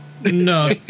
No